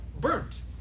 burnt